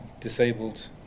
disabled